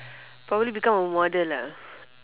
probably become a model ah